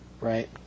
Right